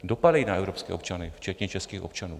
Dopadají na evropské občany včetně českých občanů.